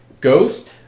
ghost